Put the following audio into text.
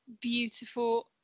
beautiful